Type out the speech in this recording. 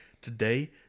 today